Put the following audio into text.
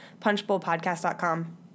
punchbowlpodcast.com